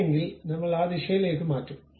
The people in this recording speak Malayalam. അങ്ങനെയല്ലെങ്കിൽ നമ്മൾ ആ ദിശയിലേക്ക് മാറ്റും